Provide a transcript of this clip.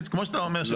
כמו שאתה אומר,